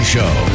Show